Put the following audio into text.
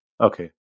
Okay